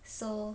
so